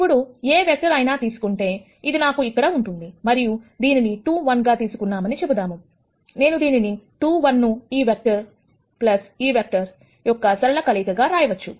ఇప్పుడు మీరు ఏ వెక్టర్ అయినా తీసుకుంటే అది నాకు ఇక్కడ ఉంటుంది మనము దీనిని 21 గా తీసుకున్నామని చెబుదామునేను దీనిని 2 1 ను ఈ వెక్టర్ ఈ వెక్టర్ యొక్క సరళ కలయిక గా రాయవచ్చు